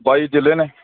ਬਾਈ ਜਿਲ੍ਹੇ ਨੇ